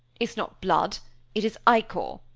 it's not blood it is ichor!